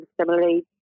similarly